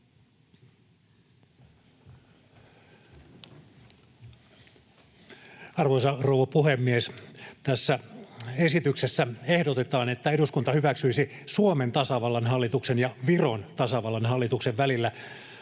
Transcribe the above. Arvoisa rouva puhemies! Tässä esityksessä ehdotetaan, että eduskunta hyväksyisi Suomen tasavallan hallituksen ja Viron tasavallan hallituksen välillä